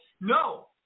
No